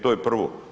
To je prvo.